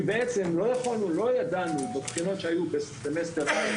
כי בעצם לא ידענו בבחינות שהיו בסמסטר א',